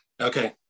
Okay